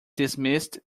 dismissed